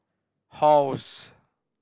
halls